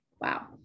Wow